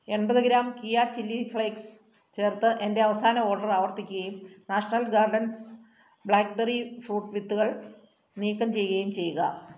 എൺപത് ഗ്രാം കിയാ chilli flakes ചേർത്ത് എന്റെ അവസാന ഓർഡർ ആവർത്തിക്കുകയും നാഷണൽ ഗാർഡൻസ് ബ്ലാക്ക്ബെറി ഫ്രൂട്ട് വിത്തുകൾ നീക്കം ചെയ്യുകയും ചെയ്യുക